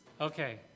Okay